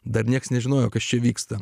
dar niekas nežinojo kas čia vyksta